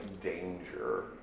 danger